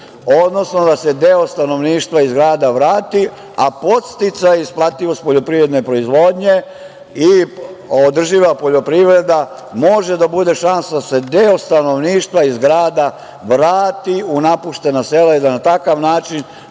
odnosno da se deo stanovništva iz grada vrati, a podsticaj isplativosti poljoprivredne proizvodnje i održiva poljoprivreda može da bude šansa da se deo stanovništva iz grada vrati u napuštena sela i da na takav način